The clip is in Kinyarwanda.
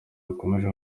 akomeje